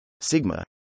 sigma